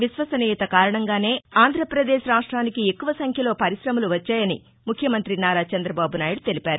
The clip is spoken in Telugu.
విశ్వసనీయత కారణంగానే ఆంధ్రప్రదేశ్ రాష్ట్రానికి ఎక్కువ సంఖ్యలో పరిశమలు వచ్చాయని ముఖ్యమంతి నారా చందబాబు నాయుడు తెలిపారు